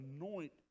anoint